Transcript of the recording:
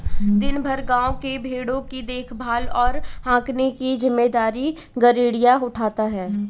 दिन भर गाँव के भेंड़ों की देखभाल और हाँकने की जिम्मेदारी गरेड़िया उठाता है